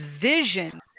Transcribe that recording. vision